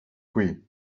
qui